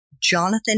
Jonathan